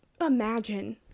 imagine